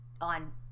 on